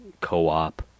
co-op